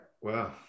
Wow